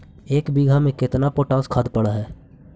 एक बिघा में केतना पोटास खाद पड़ है?